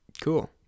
cool